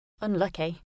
unlucky